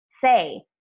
say